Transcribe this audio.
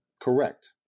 Correct